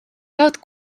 kaut